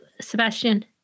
Sebastian